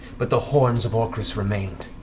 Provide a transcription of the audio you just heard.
but the horns of orcus remained.